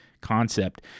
concept